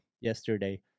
yesterday